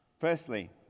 Firstly